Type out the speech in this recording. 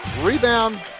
Rebound